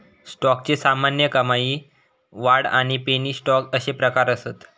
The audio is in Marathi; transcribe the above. स्टॉकचे सामान्य, कमाई, वाढ आणि पेनी स्टॉक अशे प्रकार असत